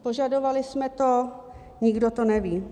Požadovali jsme to, nikdo to neví.